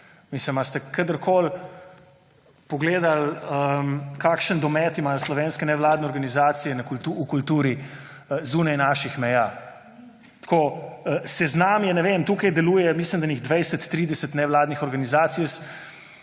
Mislim, ali ste kadarkoli pogledali, kakšen domet imajo slovenske nevladne organizacije v kulturi zunaj naših meja? Tako, seznam je. Ne vem, tukaj deluje, mislim da, enih 20, 30 nevladnih organizacij.